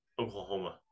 Oklahoma